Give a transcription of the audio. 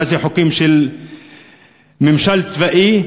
מה זה חוקים של ממשל צבאי,